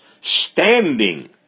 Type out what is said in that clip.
standing